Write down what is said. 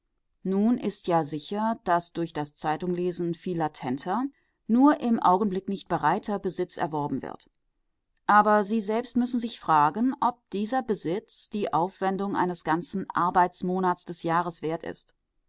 nun ist ja sicher daß durch das zeitunglesen viel latenter nur im augenblick nicht bereiter besitz erworben wird aber sie selbst müssen sich fragen ob dieser besitz die aufwendung eines ganzen arbeitsmonats des jahres wert ist